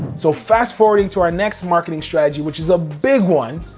so fast forwarding to our next marketing strategy, which is a big one,